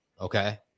Okay